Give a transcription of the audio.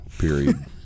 Period